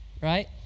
right